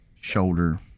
shoulder